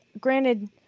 granted